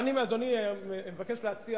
אדוני, אני מבקש להציע